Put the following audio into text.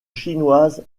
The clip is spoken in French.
chinoise